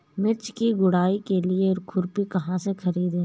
मिर्च की गुड़ाई के लिए खुरपी कहाँ से ख़रीदे?